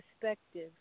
perspective